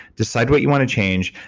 decide what you want to change,